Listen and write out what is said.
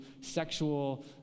sexual